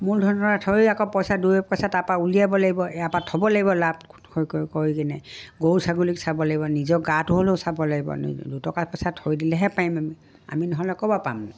মূলধনকেইটা থৈ দিলে আকৌ পইচা দুই এপইচা তাৰপৰা উলিয়াব লাগিব ইয়াৰপৰা থ'ব লাগিব লাভ কৈ কৰি কিনে গৰু ছাগলীক চাব লাগিব নিজৰ গাটো হ'লেও চাব লাগিব দুটকা পইচা থৈ দিলেহে পাৰিম আমি আমি নহ'লে ক'ৰপৰা পাম ন